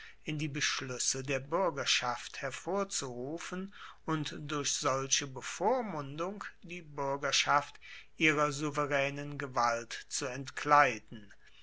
in die beschluesse der buergerschaft hervorzurufen und durch solche bevormundung die buergerschaft ihrer souveraenen gewalt zu entkleiden